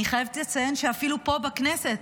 אני חייבת לציין שאפילו פה בכנסת,